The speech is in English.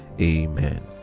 Amen